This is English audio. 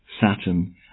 Saturn